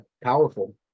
powerful